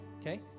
Okay